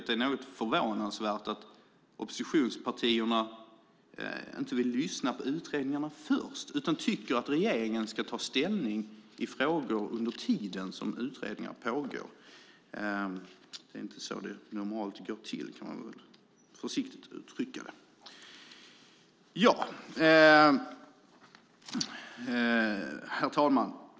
Det är något förvånande att oppositionspartierna inte först vill lyssna på utredningarna utan anser att regeringen ska ta ställning i frågor under tiden som utredningarna pågår. Det är inte så det normalt går till, för att uttrycka sig försiktigt. Herr talman!